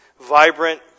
vibrant